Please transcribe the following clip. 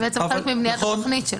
זה חלק מבניית התכנית שלו.